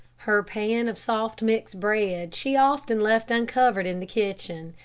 her pan of soft-mixed bread she often left uncovered in the kitchen,